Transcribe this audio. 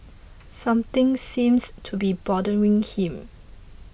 something seems to be bothering him